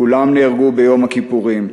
כולם נהרגו ביום הכיפורים.